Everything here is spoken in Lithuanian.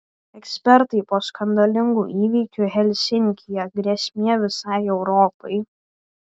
ekspertai po skandalingų įvykių helsinkyje grėsmė visai europai